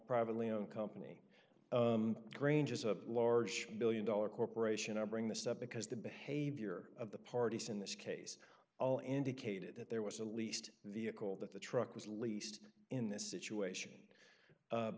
privately owned company granges a large one billion dollars corporation i bring this up because the behavior of the parties in this case all indicated that there was a least vehicle that the truck was leased in this situation